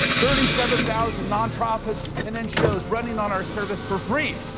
thirty seven thousand non-profits and ngos running on our service for free.